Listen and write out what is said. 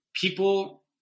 people